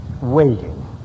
waiting